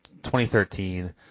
2013